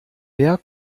wer